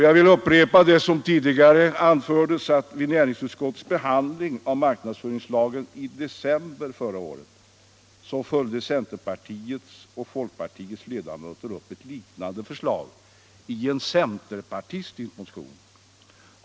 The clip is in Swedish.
Jag vill erinra om vad som tidigare har anförts, att vid lagutskottets behandling av marknadsföringslagen i december förra året följde cen terpartiets och folkpartiets ledamöter upp ett liknande förslag i en cen = Nr 72 terpartistisk motion.